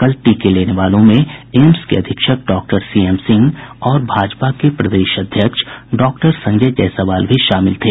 कल टीके लेने वालों में एम्स के अधीक्षक डॉक्टर सीएम सिंह और भाजपा के प्रदेश अध्यक्ष डॉक्टर संजय जायसवाल भी शामिल थे